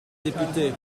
députée